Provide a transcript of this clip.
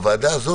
הוועדה הזאת,